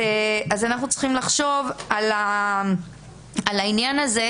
אנחנו צריכים לחשוב על העניין הזה,